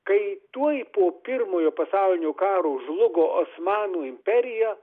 kai tuoj po pirmojo pasaulinio karo žlugo osmanų imperija